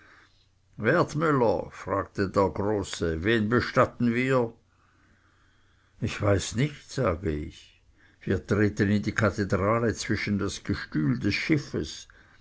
wertmüller fragte der große wen bestatten wir ich weiß nicht sage ich wir treten in die kathedrale zwischen das gestühl des schiffes